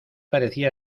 parecía